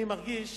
אני מרגיש